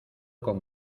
con